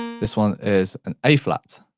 this one is an a flat,